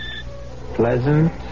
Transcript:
pleasant